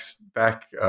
back